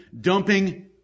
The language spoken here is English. dumping